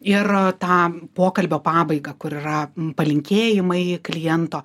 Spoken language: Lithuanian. ir tą pokalbio pabaigą kur yra palinkėjimai kliento